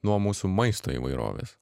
nuo mūsų maisto įvairovės